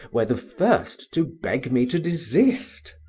were the first to beg me to desist.